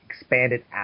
Expanded